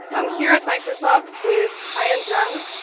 i'm here at microsoft with hayan jung,